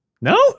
no